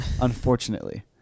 unfortunately